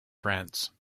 france